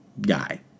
guy